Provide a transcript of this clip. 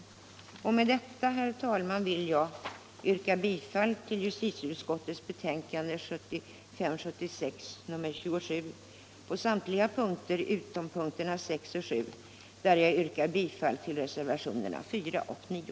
Med detta vill jag, herr talman, yrka bifall till justitieutskottets hemställan i betänkandet 1975/76:27 på samtliga punkter utom punkterna 6 och 7, där jag yrkar bifall till reservationerna 4 och 9.